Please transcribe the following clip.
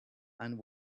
and